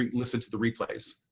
ah listen to the replays.